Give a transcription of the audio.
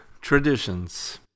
Traditions